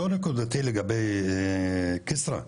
לא נקודתי לגבי כסרא,